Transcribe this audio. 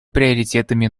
приоритетами